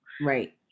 Right